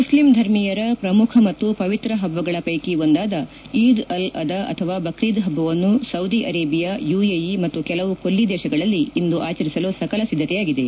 ಮುಷ್ಲಿಂ ಧರ್ಮೀಯರ ಪ್ರಮುಖ ಮತ್ತು ಪವಿತ್ರ ಹಭ್ಗಳ ಪೈಕಿ ಒಂದಾದ ಈದ್ ಅಲ್ ಅದಾ ಅಥವಾ ಬಕ್ರೀದ್ ಹಬ್ಬವನ್ನು ಸೌದಿ ಅರೇಬಿಯಾ ಯುಎಇ ಮತ್ತು ಕೆಲವು ಕೊಲ್ಲಿ ದೇಶಗಳಲ್ಲಿ ಇಂದು ಆಚರಿಸಲು ಸಕಲ ಸಿದ್ಧತೆಯಾಗಿದೆ